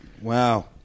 Wow